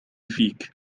فيك